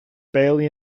bailey